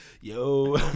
Yo